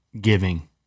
giving